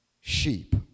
sheep